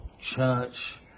church